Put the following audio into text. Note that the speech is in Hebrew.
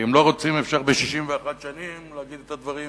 ואם לא רוצים, אפשר ב-61 שנים להגיד את הדברים,